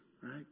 right